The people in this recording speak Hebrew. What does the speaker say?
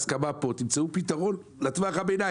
פה, תמצאו פתרון לטווח הביניים.